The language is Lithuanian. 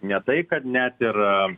ne tai kad net ir